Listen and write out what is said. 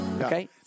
Okay